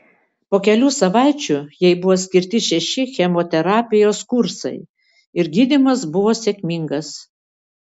po kelių savaičių jai buvo skirti šeši chemoterapijos kursai ir gydymas buvo sėkmingas